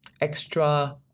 extra